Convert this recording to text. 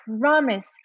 promise